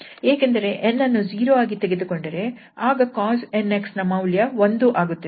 ಏಕೆಂದರೆ 𝑛 ಅನ್ನು 0 ಆಗಿ ತೆಗೆದುಕೊಂಡರೆ ಆಗ cos 𝑛𝑥 ನ ಮೌಲ್ಯ 1 ಆಗುತ್ತದೆ